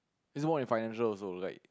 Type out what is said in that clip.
it's more than financial also like